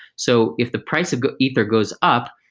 so if the price of ether goes up,